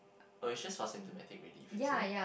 but it's just for symptomatic relieve is it